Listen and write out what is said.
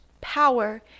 power